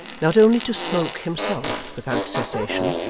not only to smoke, himself, without cessation,